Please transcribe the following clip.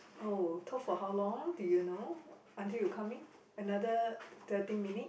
oh talk for how long do you know until you come in another thirty minutes